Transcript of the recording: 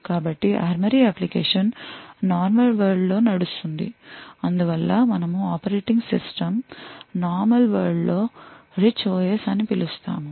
కాబట్టి ARMORY application normal world లో నడుస్తుంది అందువల్ల మనము ఆపరేటింగ్ సిస్టమ్ నార్మల్ వరల్డ్ లో రిచ్ OS అని పిలుస్తాము